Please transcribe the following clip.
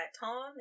Tom